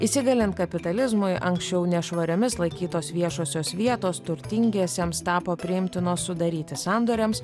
įsigalint kapitalizmui anksčiau nešvariomis laikytos viešosios vietos turtingiesiems tapo priimtinos sudaryti sandoriams